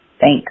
Thanks